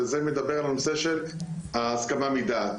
וזה מדבר על הנושא של הסכמה מדעת.